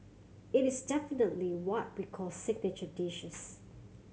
it is definitely what we call signature dishes